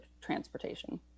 transportation